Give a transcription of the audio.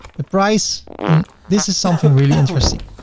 the price. and this is something really interesting.